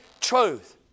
truth